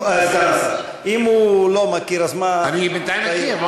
אם הוא לא מכיר אז מה, בינתיים אני מכיר.